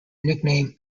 nickname